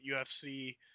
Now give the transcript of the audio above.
UFC